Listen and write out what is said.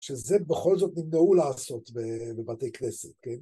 שזה בכל זאת נמנעו לעשות בבתי כנסת, כן?